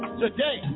today